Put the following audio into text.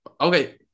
Okay